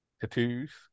Tattoos